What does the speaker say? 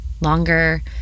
longer